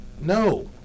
No